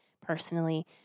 personally